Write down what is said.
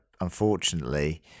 Unfortunately